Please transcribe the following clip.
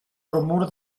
bromur